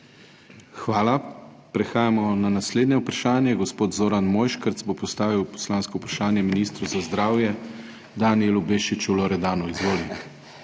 Hvala. Prehajamo na naslednje vprašanje. Gospod Zoran Mojškerc bo postavil poslansko vprašanje ministru za zdravje Danijelu Bešiču Loredanu. Izvolite.